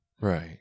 right